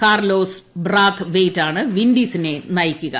Carlos ബ്രാത് വെയിറ്റാണ് വിന്റീസിനെ നയിക്കുക